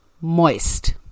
moist